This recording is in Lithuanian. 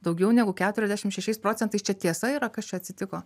daugiau negu keturiasdešimt šešiais procentais čia tiesa yra kas čia atsitiko